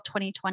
2020